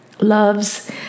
Loves